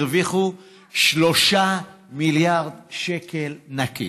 הרוויחו 3 מיליארד שקל נקי.